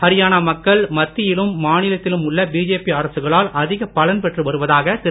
ஹரியானா மக்கள் மத்தியிலும் மாநிலத்திலும் உள்ள பிஜேபி அரசுகளால் அதிக பலன் பெற்று வருவதாக திரு